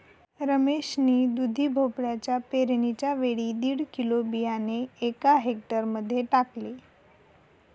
रमेश ने दुधी भोपळ्याच्या पेरणीच्या वेळी दीड किलो बियाणे एका हेक्टर मध्ये टाकले